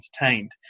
entertained